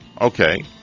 okay